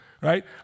right